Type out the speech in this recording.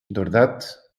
doordat